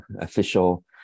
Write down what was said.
official